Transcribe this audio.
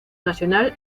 nacional